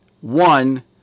One